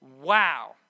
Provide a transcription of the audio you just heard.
wow